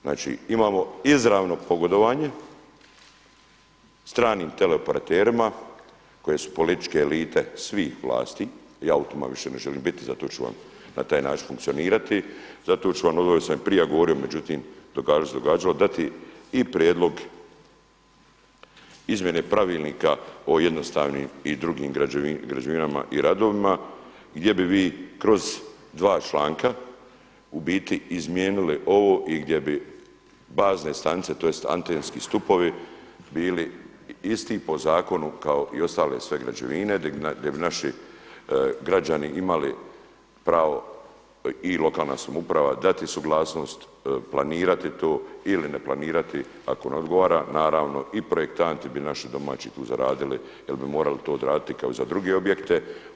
Znači, imamo izravno pogodovanje stranim teleoperaterima koje su političke elite svih vlasti, ja u tima više ne želim biti zato ću vam na taj način funkcionirati, zato ću vam ovdje sam i prije govorio, međutim događalo se što se događalo, dati i prijedlog izmjene Pravilnika o jednostavnim i drugim građevinama i radovima gdje bi vi kroz dva članka u biti izmijenili ovo i gdje bi bazne stanice tj. antenski stupovi bili isti po zakonu kao i ostale sve građevine, gdje bi naši građani imali pravo i lokalna samouprava dati suglasnost, planirati to ili ne planirati ako vam ne odgovara naravno i projektanti bi naši domaći tu zaradili jer bi morali to odraditi kao i za druge objekte.